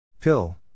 pill